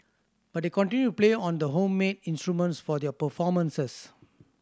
but they continue to play on the home made instruments for their performances